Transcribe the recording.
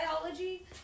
biology